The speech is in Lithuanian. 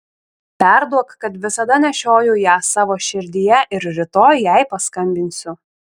perduok kad visada nešioju ją savo širdyje ir rytoj jai paskambinsiu